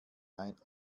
ein